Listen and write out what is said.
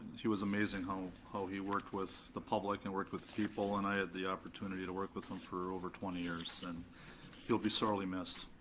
he was amazing how how he worked with the public and worked with people and i had the opportunity to work with him for over twenty years. and he'll be sorely missed,